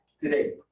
today